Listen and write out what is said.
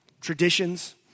traditions